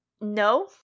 no